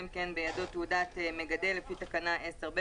אם כן בידיו תעודת מגדל לפי תקנה 10(ב),